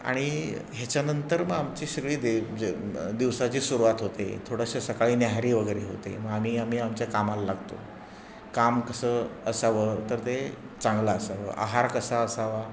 आणि ह्याच्यानंतर मग आमची सगळी दे जे दिवसाची सुरुवात होते थोडंसं सकाळी न्याहरी वगैरे होते मग आम्ही आम्ही आमच्या कामाला लागतो काम कसं असावं तर ते चांगलं असावं आहार कसा असावा